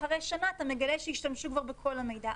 אחרי שנה אתה מגלה שהשתמשו כבר בכל המידע.